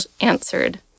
answered